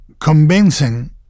convincing